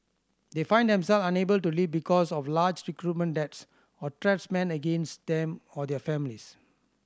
they find themselves unable to leave because of large recruitment debts or threats man against them or their families